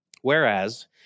Whereas